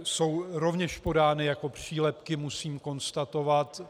Jsou rovněž podány jako přílepky, musím konstatovat.